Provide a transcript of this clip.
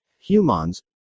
Humans